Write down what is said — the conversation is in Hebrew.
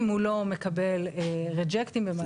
אם הוא לא מקבל ריג'קטים במהלך התקופה הזאת,